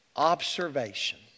Observation